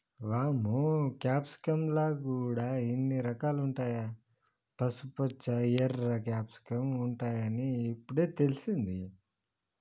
వామ్మో క్యాప్సికమ్ ల గూడా ఇన్ని రకాలుంటాయా, పసుపుపచ్చ, ఎర్ర క్యాప్సికమ్ ఉంటాయని ఇప్పుడే తెలిసింది